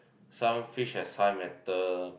some fish has high metal